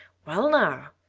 well now,